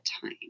time